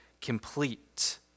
complete